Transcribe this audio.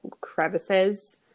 crevices